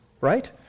Right